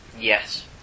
Yes